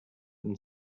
and